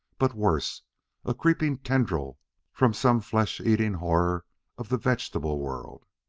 but worse a creeping tendril from some flesh-eating horror of the vegetable world.